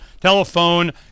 Telephone